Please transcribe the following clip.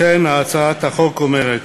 לכן הצעת החוק אומרת